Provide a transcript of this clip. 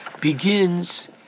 begins